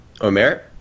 Omer